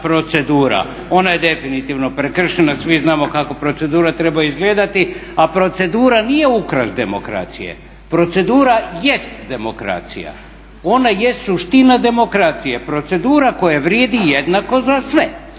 procedura. Ona je definitivno prekršena. Svi znamo kako procedura treba izgledati, a procedura nije ukras demokracije, procedura jest demokracije. Ona je suština demokracije. Procedura koja vrijedi jednako za sve.